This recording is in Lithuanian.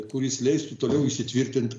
kuris leistų toliau įsitvirtint